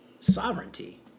sovereignty